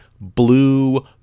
blue